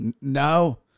No